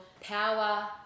power